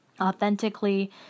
authentically